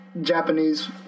Japanese